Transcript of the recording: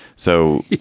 so